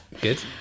Good